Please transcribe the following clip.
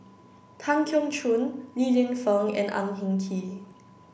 Tan Keong Choon Li Lienfung and Ang Hin Kee